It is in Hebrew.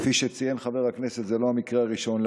כפי שציין חבר הכנסת, זה לא המקרה הראשון.